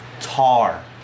tar